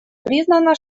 признано